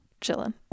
chilling